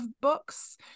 books